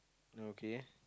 okay